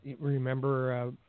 Remember